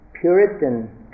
Puritan